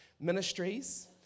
ministries